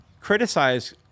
criticize